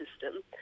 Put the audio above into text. system